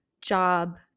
job